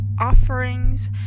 offerings